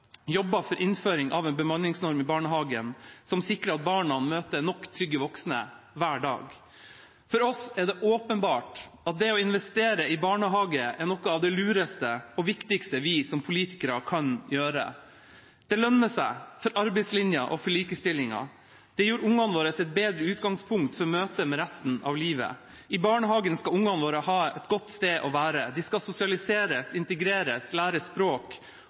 for innføring av en bemanningsnorm i barnehagen som sikrer at barna møter nok trygge voksne hver dag. For oss er det åpenbart at det å investere i barnehage er noe av det lureste og viktigste vi som politikere kan gjøre. Det lønner seg for arbeidslinjen og for likestillingen, og det gir ungene våre et bedre utgangspunkt for møtet med resten av livet. I barnehagen skal ungene våre ha et godt sted å være. De skal sosialiseres, integreres, lære språk